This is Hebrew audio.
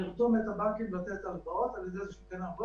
ש-1,900 הלוואות אושרו,